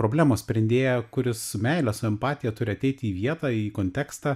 problemos sprendėją kuris su meile su empatija turi ateiti į vietą į kontekstą